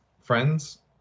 friends